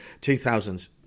2000s